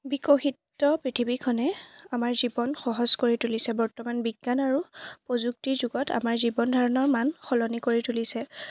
বিকশিত পৃথিৱীখনে আমাৰ জীৱন সহজ কৰি তুলিছে বৰ্তমান বিজ্ঞান আৰু প্ৰযুক্তিৰ যুগত আমাৰ জীৱন ধাৰণৰ মান সলনি কৰি তুলিছে